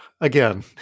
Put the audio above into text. Again